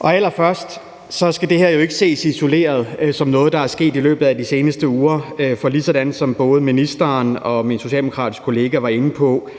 Allerførst vil jeg sige, at det her jo ikke skal ses isoleret som noget, der er sket i løbet af de seneste uger. For ligesom både ministeren og min socialdemokratiske kollega var inde på,